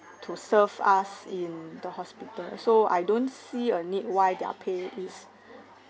to serve us in the hospital so I don't see a need why their pay is